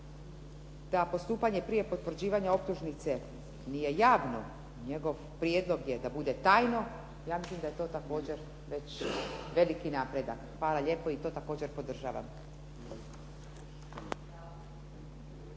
da postupanje prije potvrđivanja optužnice nije javno, njegov prijedlog je da bude tajno, ja mislim da je to također već veliki napredak. Hvala lijepo i to također podržavam.